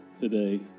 today